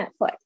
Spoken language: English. Netflix